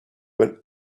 when